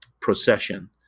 procession